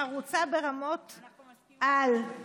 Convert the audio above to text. חרוצה ברמות-על.